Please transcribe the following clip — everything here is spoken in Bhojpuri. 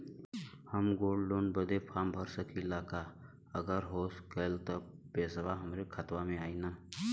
हम गोल्ड लोन बड़े फार्म भर सकी ला का अगर हो गैल त पेसवा हमरे खतवा में आई ना?